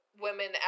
women